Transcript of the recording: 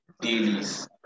dailies